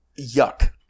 Yuck